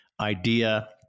idea